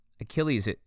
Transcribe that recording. Achilles